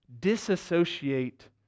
disassociate